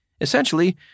Essentially